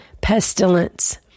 pestilence